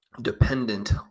dependent